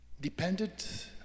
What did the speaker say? dependent